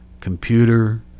computer